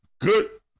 good